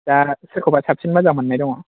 दा सोरखौबा साबसिन मोजां मोनाय दङ नामा